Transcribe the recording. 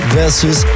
versus